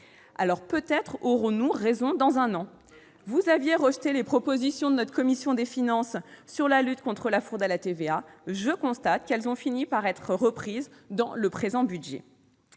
Peut-être aurons-nous raison dans un an ? Comme toujours ! Vous aviez rejeté les propositions de la commission des finances du Sénat sur la lutte contre la fraude à la TVA. Je constate qu'elles ont fini par être reprises dans le présent budget.